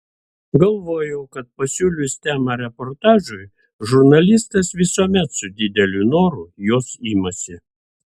galvojau kad pasiūlius temą reportažui žurnalistas visuomet su dideliu noru jos imasi